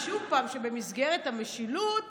שבמסגרת המשילות